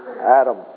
Adam